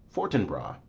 fortinbras.